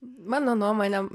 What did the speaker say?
mano nuomone